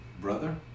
brother